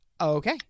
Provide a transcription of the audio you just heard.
Okay